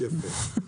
יפה.